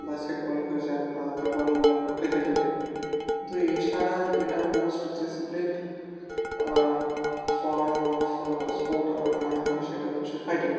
basketball হয়ে যাক বা ফুটবল হয়ে যাক বা ক্রিকেট হয়ে যাক তো এছাড়া যেটা most disciplined form of sport আমার মনে হয় সেটা হচ্ছে ফাইটিং